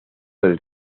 del